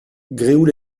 gréoux